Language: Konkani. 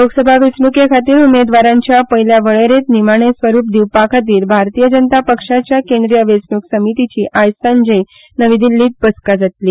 लोकसभा वेंचणुके खातीर उमेदवारांच्या पयल्या वळेरेंत निमाणें स्वरूप दिवपा खातीर भारतीय जनता पक्षाच्या केंद्रीय वेंचणुक समितीची आयज सांजे नवी दिल्लींत बसका जातली